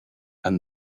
and